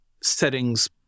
settings